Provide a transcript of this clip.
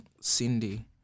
cindy